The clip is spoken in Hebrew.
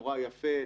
נורא יפה,